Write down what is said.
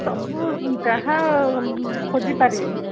ସବୁ ଯାହା ଖୋଜିପାରିବେ